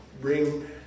bring